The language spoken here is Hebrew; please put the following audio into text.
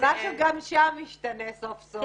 משהו גם שם משתנה סוף סוף.